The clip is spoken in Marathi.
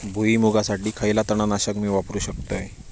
भुईमुगासाठी खयला तण नाशक मी वापरू शकतय?